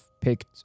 picked